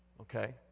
Okay